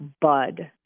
bud